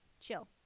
Chill